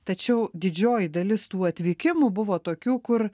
tačiau didžioji dalis tų atvykimų buvo tokių kur